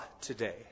today